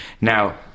Now